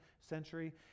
century